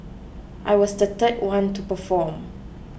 I was the third one to perform